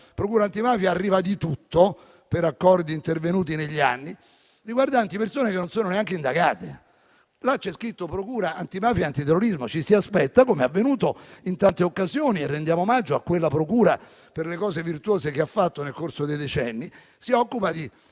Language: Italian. procura antimafia arriva di tutto, per accordi intervenuti negli anni - ma anche persone che non sono neanche indagate. Se si chiama procura antimafia e antiterrorismo, ci si aspetta - come avvenuto in tante occasioni, rispetto alle quali rendiamo omaggio a quella procura per le cose virtuose che ha fatto nel corso dei decenni - che si occupi di